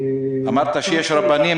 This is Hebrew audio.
אמרת שיש רבנים.